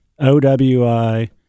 OWI